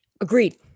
agreed